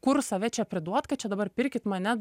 kur save čia priduot kad čia dabar pirkit mane